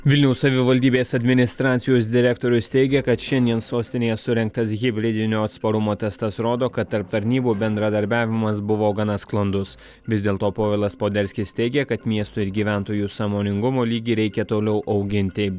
vilniaus savivaldybės administracijos direktorius teigia kad šiandien sostinėje surengtas hibridinio atsparumo testas rodo kad tarp tarnybų bendradarbiavimas buvo gana sklandus vis dėlto povilas poderskis teigė kad miesto ir gyventojų sąmoningumo lygį reikia toliau auginti